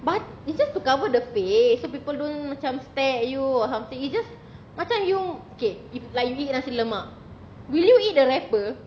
bat~ it's just to cover the face so people don't macam stare at you or something it's just macam you okay if like you eat nasi lemak will you eat the wrapper